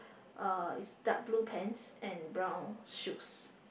uh it's dark blue pants and brown shoes